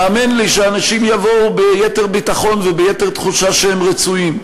האמן לי שאנשים יבואו ביתר ביטחון וביתר תחושה שהם רצויים.